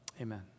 Amen